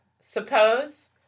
Suppose